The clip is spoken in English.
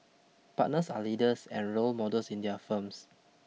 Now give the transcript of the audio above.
partners are leaders and role models in their firms